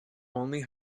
only